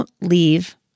leave